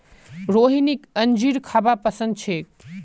रोहिणीक अंजीर खाबा पसंद छेक